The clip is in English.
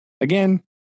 Again